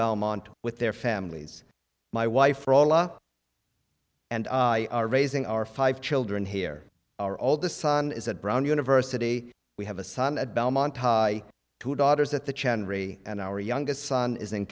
belmont with their families my wife for all up and i are raising our five children here are all the son is at brown university we have a son at belmont high two daughters at the chance and our youngest son is in